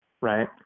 Right